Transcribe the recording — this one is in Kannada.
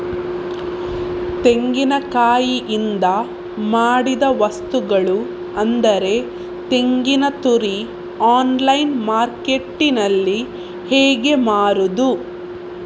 ತೆಂಗಿನಕಾಯಿಯಿಂದ ಮಾಡಿದ ವಸ್ತುಗಳು ಅಂದರೆ ತೆಂಗಿನತುರಿ ಆನ್ಲೈನ್ ಮಾರ್ಕೆಟ್ಟಿನಲ್ಲಿ ಹೇಗೆ ಮಾರುದು?